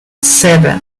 seven